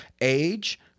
Age